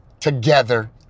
together